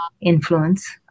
influence